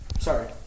Sorry